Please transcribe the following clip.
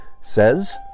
says